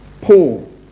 Paul